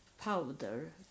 powder